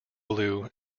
blue